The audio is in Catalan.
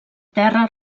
terra